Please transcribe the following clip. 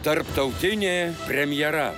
tarptautinė premjera